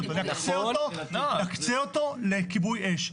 לכיבוי אש.